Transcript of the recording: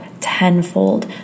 tenfold